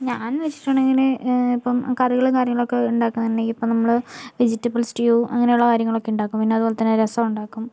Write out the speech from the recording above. ഞാൻ എന്ന് വെച്ചിട്ടുണ്ടെങ്കില് ഇപ്പോൾ കറികളും കാര്യങ്ങളൊക്കെ ഉണ്ടാക്കുന്നുണ്ടങ്കിൽ ഇപ്പോൾ നമ്മള് വെജിറ്റബിൾ സ്റ്റൂ അങ്ങനെയുള്ള കാര്യങ്ങളൊക്കെ ഉണ്ടാക്കും പിന്നെ അതുപോലെതന്നെ രസം ഉണ്ടാക്കും